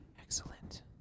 Excellent